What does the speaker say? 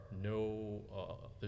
no